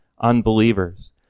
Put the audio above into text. unbelievers